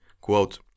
quote